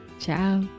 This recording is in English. ciao